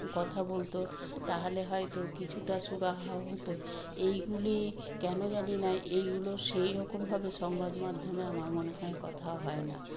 কথা বলতো তাহলে হয়তো কিছুটা সুরাহা হতো এইগুলি কেন জানি না এইগুলো সেই রকমভাবে সংবাদমাধ্যমে আমার মনে হয় কথা হয় না